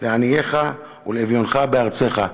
לעניך ולאבינך בארצך".